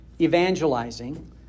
evangelizing